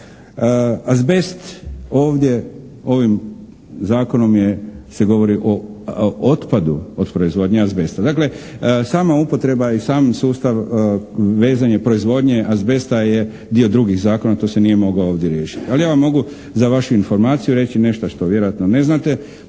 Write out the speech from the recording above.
Azbest ovdje ovim zakonom se govori o otpadu od proizvodnje azbesta. Dakle, sama upotreba i sam sustav vezanje proizvodnje azbesta je dio drugih zakona, to se nije moglo ovdje riješiti. Ali ja vam mogu za vašu informaciju reći nešto što vjerojatno ne znate,